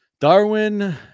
Darwin